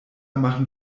machen